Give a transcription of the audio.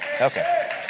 Okay